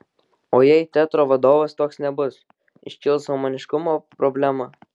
o jei teatro vadovas toks nebus iškils humaniškumo problema